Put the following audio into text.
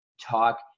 talk